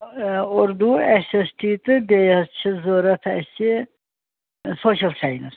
ٲں Urdu S S T تہٕ بیٚیہِ حظ چھُ ضُروٗرت اسہِ ٲں سوشَل سایِنَس